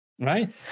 right